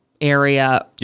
area